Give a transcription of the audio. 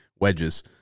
Wedges